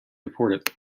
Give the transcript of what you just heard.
report